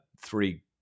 three